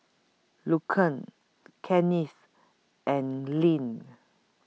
Lucian Kennith and Lynn